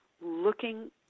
looking